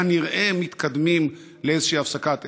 כנראה מתקדמים לאיזושהי הפסקת אש.